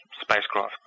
spacecraft